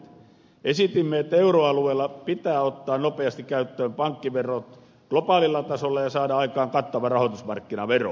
esitimme että euroalueella pitää ottaa nopeasti käyttöön pankkivero globaalilla tasolla ja saada aikaan kattava rahoitusmarkkinavero